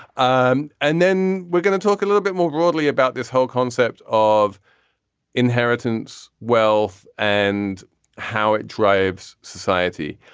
um and then we're going to talk a little bit more broadly about this whole concept of inheritance, wealth and how it drives society.